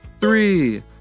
three